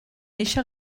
eixa